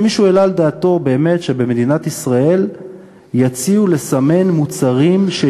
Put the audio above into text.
מה שצריך לעשות במדינת ישראל, הזמן תם.